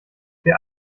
wir